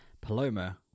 Paloma